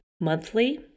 monthly